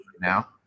Now